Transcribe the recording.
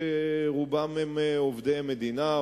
שרובם עובדי מדינה,